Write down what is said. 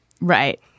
Right